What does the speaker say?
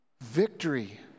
Victory